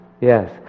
yes